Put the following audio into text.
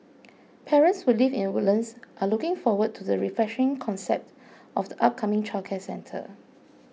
parents who live in Woodlands are looking forward to the refreshing concept of the upcoming childcare centre